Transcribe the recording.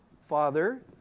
Father